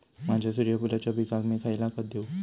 माझ्या सूर्यफुलाच्या पिकाक मी खयला खत देवू?